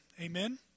amen